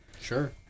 Sure